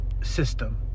System